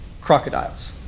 crocodiles